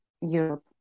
Europe